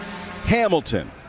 Hamilton